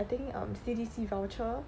I think um C_D_C voucher